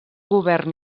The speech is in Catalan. govern